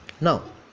Now